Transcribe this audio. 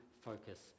focus